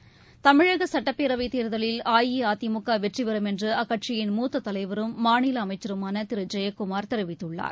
தமிழக சுட்டப்பேரவைத் தேர்தலில் அஇஅதிமுக வெற்றிபெறும் என்று அக்கட்சியின் மூத்த தலைவரும் மாநில அமைச்சருமான திரு ஜெயக்குமார் தெரிவித்துள்ளார்